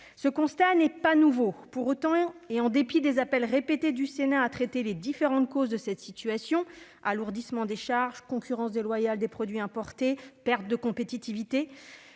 Ce constat n'est pas nouveau. Pour autant, et en dépit des appels répétés du Sénat à traiter les différentes causes de cette situation- alourdissement des charges, concurrence déloyale de produits importés, pertes de compétitivité